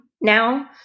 now